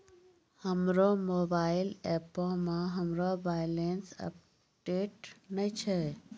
हमरो मोबाइल एपो मे हमरो बैलेंस अपडेट नै छै